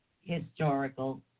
historical